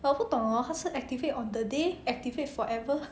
but 我不懂 hor 他是 activate on the day activate forever